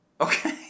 Okay